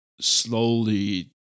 slowly